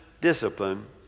discipline